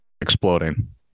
exploding